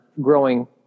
growing